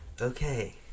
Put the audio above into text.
Okay